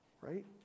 Right